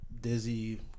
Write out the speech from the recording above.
Dizzy